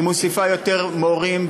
היא מוסיפה יותר מורים,